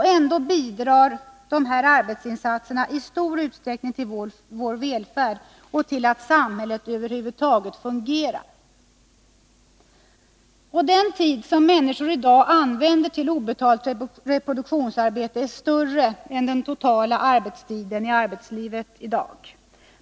Ändå bidrar dessa arbetsinsatser i stor utsträckning till vår välfärd och till att samhället över huvud taget fungerar. Och den tid som människor i dag använder till obetalt reproduktionsarbete är längre än den totala arbetstiden i arbetslivet i dag.